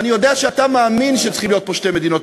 ואני יודע שאתה מאמין שצריכות להיות פה שתי מדינות,